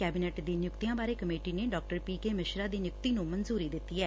cabinet ਦੀ ਨਿਯੁਕਤੀਆਂ ਬਾਰੇ ਕਮੇਟੀ ਨੇ ਡਾ ਪੀ ਕੇ ਮਿਸ਼ਰਾ ਦੀ ਨਿਯੁਕਤੀ ਨੂੰ ਮਨਜੂਰੀ ਦਿੱਤੀ ਐ